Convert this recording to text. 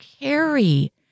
carry